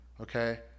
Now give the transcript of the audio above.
okay